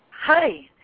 Hi